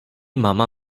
mama